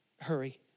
hurry